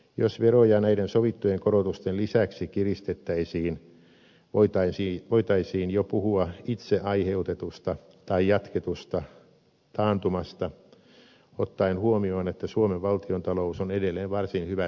jos veroja näiden sovittujen korotusten lisäksi kiristettäisiin voitaisiin jo puhua itse aiheutetusta tai jatketusta taantumasta ottaen huomioon että suomen valtiontalous on edelleen varsin hyvässä kunnossa